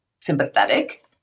sympathetic